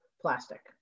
plastic